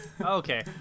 Okay